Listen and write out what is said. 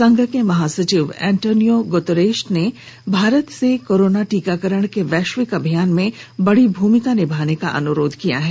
संघ के महासचिव एंटोनियो गुतरश ने भारत से कोरोना टीकाकरण के वैश्विक अभियान में बड़ी भूमिका निभाने का अनुरोध किया है